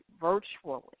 virtually